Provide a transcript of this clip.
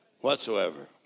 whatsoever